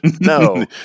No